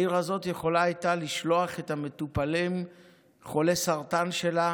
העיר הזאת הייתה יכולה לשלוח את המטופלים חולי הסרטן שלה